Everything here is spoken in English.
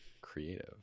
creative